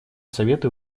совету